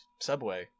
subway